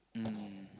mm